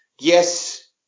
Yes